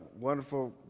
wonderful